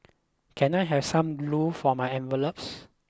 can I have some glue for my envelopes